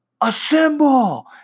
assemble